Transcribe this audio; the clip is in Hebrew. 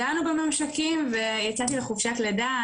דנו בממשקים ויצאתי לחופשת לידה,